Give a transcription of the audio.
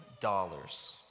dollars